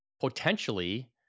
potentially